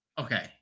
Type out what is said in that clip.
Okay